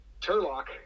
Turlock